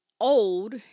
old